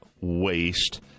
waste